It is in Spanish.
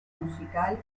musical